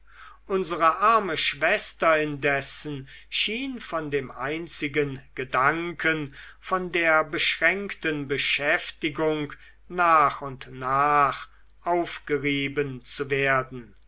unsere arme schwester indessen schien von dem einzigen gedanken von der beschränkten beschäftigung nach und nach aufgerieben zu werden